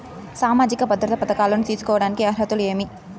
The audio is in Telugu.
సామాజిక భద్రత పథకాలను తీసుకోడానికి అర్హతలు ఏమి?